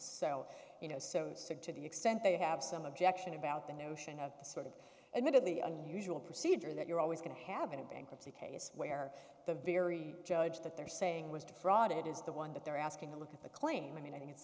so you know so sick to the extent they have some objection about the notion of the sort of admittedly unusual procedure that you're always going to have in a bankruptcy case where the very judge that they're saying was defrauded is the one that they're asking to look at the claim i mean i think it's